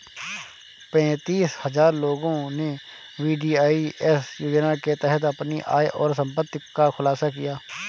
पेंतीस हजार लोगों ने वी.डी.आई.एस योजना के तहत अपनी आय और संपत्ति का खुलासा किया